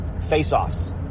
face-offs